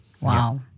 Wow